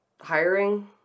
hiring